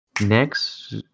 Next